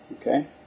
Okay